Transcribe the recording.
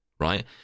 right